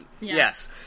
Yes